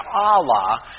Allah